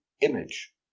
image